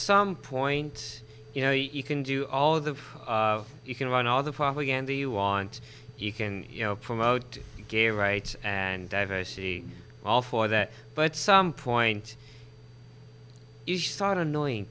some point you know you can do all of the you can run all the propaganda you aunt you can you know promote gay rights and diversity all for that but some point thought annoying